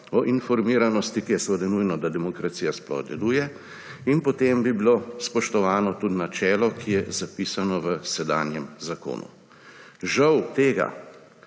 o informiranosti, ki je seveda nujno, da demokracija sploh deluje, in potem bi bilo spoštovano tudi načelo, ki je zapisano v sedanjem zakonu. Žal tega